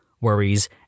worries